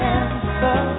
answer